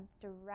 direct